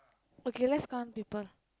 okay lets count people